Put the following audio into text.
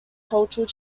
cultural